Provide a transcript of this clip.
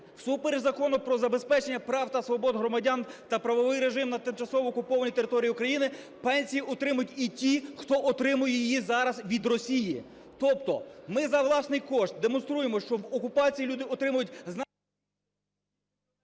Всупереч Закону "Про забезпечення прав і свобод громадян та правовий режим на тимчасово окупованій території України" пенсії отримують і ті, хто отримує її зараз від Росії. Тобто ми за власний кошт демонструємо, що в окупації люди отримують… ГОЛОВУЮЧИЙ.